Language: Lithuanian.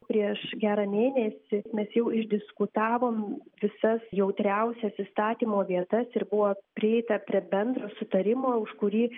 prieš gerą mėnesį mes jau išdiskutavom visas jautriausias įstatymo vietas ir buvo prieita prie bendro sutarimo už kurį